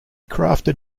crafted